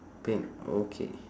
pink okay